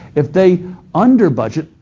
if they under budget,